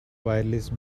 wireless